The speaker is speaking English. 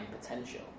potential